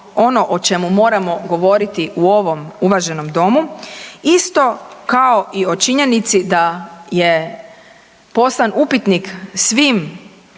ono o čemu moramo govoriti u ovom uvaženom domu isto kao i o činjenici da je poslan upitnik svim